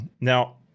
Now